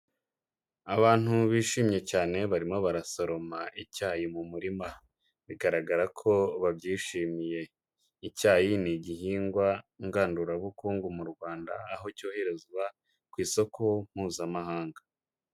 Abantu bishimye cyane barimo barasoroma icyayi mu murima bigaragara ko babyishimiye, icyayi ni igihingwa ngandurabukungu mu Rwanda aho cyoherezwa ku isoko mpuzamahanga.